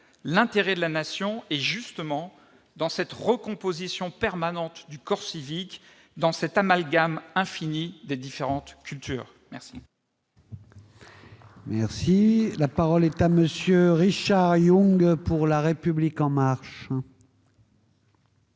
L'intérêt de la Nation est justement dans cette recomposition permanente du corps civique, dans cet amalgame infini des différentes cultures !